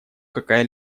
какая